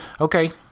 Okay